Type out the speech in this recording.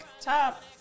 top